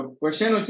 question